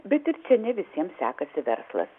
bet ir čia ne visiems sekasi verslas